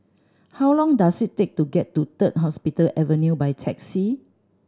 how long does it take to get to Third Hospital Avenue by taxi